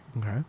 Okay